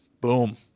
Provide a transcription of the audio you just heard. boom